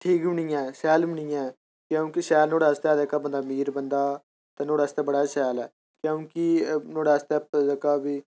ठीक बी निं ऐ शैल बी निं ऐ क्योंकि शैल नुहाड़े आस्तै जेह्का बंदा मीर बंदा ते नुहाड़ेआस्तै बड़ा गै शैल ऐ क्योंकि नुहाड़े आस्तै जेह्का बी